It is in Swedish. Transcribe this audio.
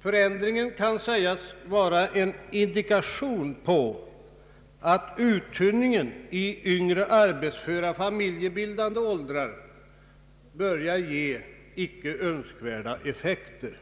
Förändringen kan sägas vara en indikation på att uttunningen i yngre arbetsföra familjebildande åldrar börjar ge icke önskvärda effekter.